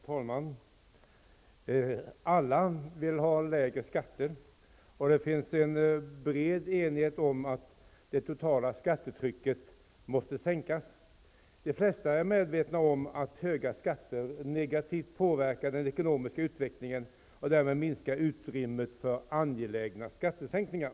Herr talman! Alla vill ha lägre skatter, och det finns en bred enighet om att det totala skattetrycket måste sänkas. De flesta är medvetna om att höga skatter negativt påverkar den ekonomiska utvecklingen och därmed minskar utrymmet för angelägna skattesänkningar.